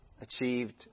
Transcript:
achieved